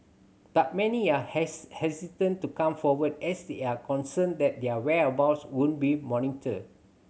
but many are hesitant to come forward as they are concerned that their whereabouts would be monitored